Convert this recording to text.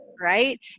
Right